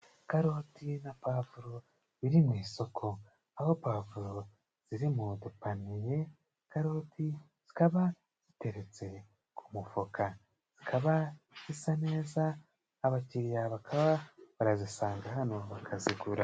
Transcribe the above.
Karoti na pavuro biri mu isoko. Aho pavuro ziri mu dupaniye, karoti zikaba ziteretse ku mufuka zikaba zisa neza. Abakiriya bakaba barazisanga hano bakazigura.